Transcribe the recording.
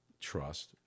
trust